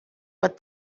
but